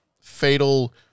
fatal